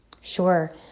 Sure